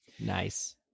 Nice